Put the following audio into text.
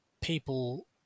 people